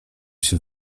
się